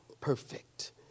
perfect